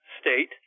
state